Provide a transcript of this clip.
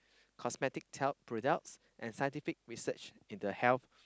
cosmetic talc products and scientific research in the health